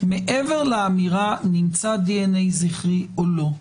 מעבר לאמירה נמצא דנ"א זכרי או לא,